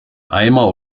eimer